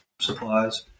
supplies